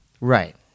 Right